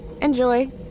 Enjoy